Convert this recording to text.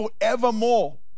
forevermore